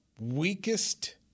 weakest